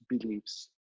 beliefs